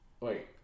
Wait